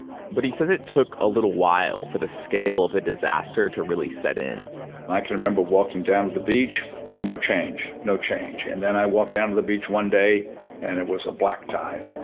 but he says it took a little while for the scale of the disaster to really set in i can remember walking down to the beach no change, no change and then i walked down to the beach one day and it was a black tide,